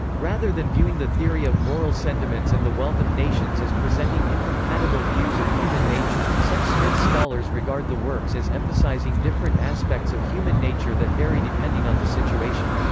rather than viewing the theory of moral sentiments and the wealth of nations as presenting incompatible views of human nature, some smith scholars regard the works as emphasising different aspects of human nature that vary depending on the situation.